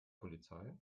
polizei